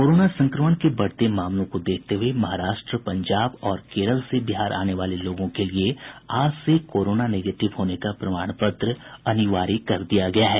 corona संक्रमण के बढ़ते मामलों को देखते हुये महाराष्ट्र पंजाब और केरल से बिहार आने वाले लोगों के लिये आज से कोरोना निगेटिव होने का प्रमाण पत्र अनिवार्य कर दिया गया है